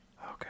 Okay